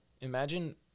imagine